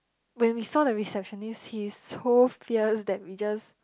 when we saw the receptionist he is so fierce that we just